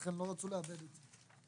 לכן לא רצו לאבד את זה.